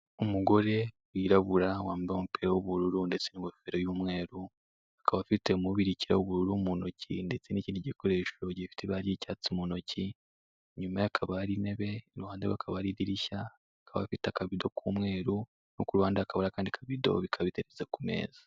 Umugore wirabura wambaye umupira w'ubururu ndetse n'ingofero y'umweru, akaba afite umubirikira mu ntoki ndetse n'ikindi gikoresho gifite ibara ry'icyatsi mu ntoki, inyuma ye hakaba hari intebe. Iruhande rwe hakaba hari idirishya akaba afite akabido k'umweru no ku ruhande hakaba hariho akandi kabido biteretse ku meza.